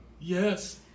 Yes